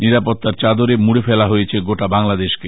নিরাপত্তার চাদরে মুড়ে ফেলা হয়েছে গোটা বাংলাদেশকে